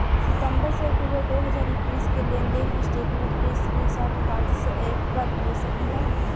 सितंबर से अक्टूबर दो हज़ार इक्कीस के लेनदेन स्टेटमेंट के स्क्रीनशाट व्हाट्सएप पर भेज सकीला?